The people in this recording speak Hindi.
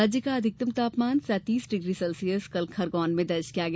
राज्य का अधिकतम तापमान सैतीस डिग्री सेल्सियस कल खरगौन में दर्ज किया गया